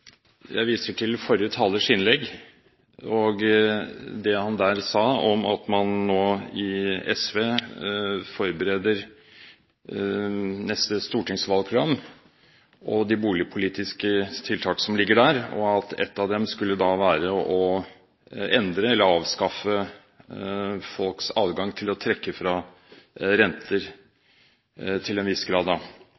nå forbereder neste stortingsvalgprogram og de boligpolitiske tiltak som ligger der, og at ett av dem skulle være å endre eller avskaffe folks adgang til å trekke fra renter